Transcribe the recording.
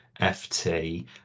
FT